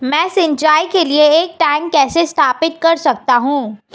मैं सिंचाई के लिए एक टैंक कैसे स्थापित कर सकता हूँ?